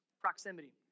Proximity